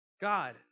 God